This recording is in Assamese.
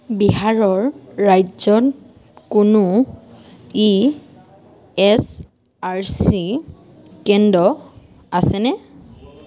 বিহাৰৰ ৰাজ্যত কোনো ই এছ আৰ চি কেন্দ্ৰ আছেনে